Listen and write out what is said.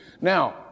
Now